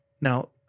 Now